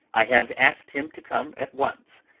i have asked him to come at once.